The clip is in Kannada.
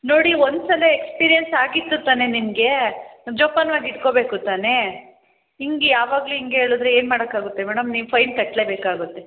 ನೋಡಿ ಒಂದು ಸಲ ಎಕ್ಸ್ಪೀರಿಯನ್ಸ್ ಆಗಿತ್ತು ತಾನೇ ನಿಮಗೆ ಜೋಪಾನ್ವಾಗಿ ಇಟ್ಕೊಬೇಕು ತಾನೇ ಹಿಂಗ್ ಯಾವಾಗಲೂ ಹಿಂಗೆ ಹೇಳುದ್ರೆ ಏನು ಮಾಡೋಕ್ಕಾಗುತ್ತೆ ಮೇಡಮ್ ನೀವು ಫೈನ್ ಕಟ್ಟಲೇ ಬೇಕಾಗುತ್ತೆ